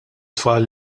tfal